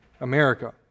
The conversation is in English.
America